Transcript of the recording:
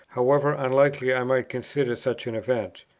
however unlikely i might consider such an event.